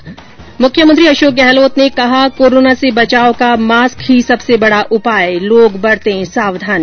् मुख्यमंत्री अशोक गहलोत ने कहा कोरोना से बचाव का मास्क ही सबसे बड़ा उपाय लोग बरते सावधानी